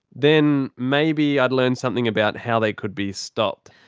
then maybe i'd learn something about how they could be stopped.